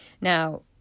Now